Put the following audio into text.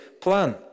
plan